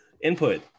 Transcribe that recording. input